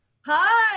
Hi